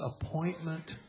appointment